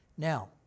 Now